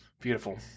Beautiful